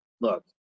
Look